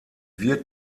wird